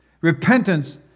Repentance